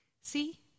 See